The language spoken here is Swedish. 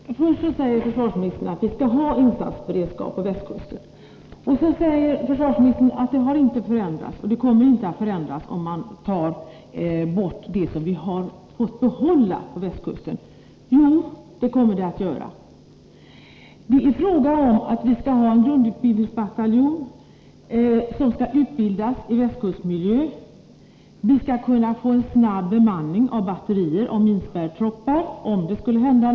Herr talman! Försvarsministern säger att vi skall ha insatsberedskap på västkusten. Han säger också att krigsorganisationen på västkusten inte har förändrats och inte kommer att göra det, även om man tar bort något av det vi har fått behålla. Men det kommer den att göra. Vad det är fråga om är att vi måste ha en grundutbildningsbataljon för utbildning i västkustmiljö. Vi måste ha en snabb bemanning av batterier och minspärrtroppar, om något skulle hända.